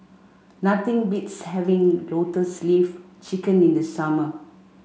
nothing beats having Lotus Leaf Chicken in the summer